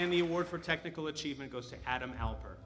award for technical achievement goes to adam helper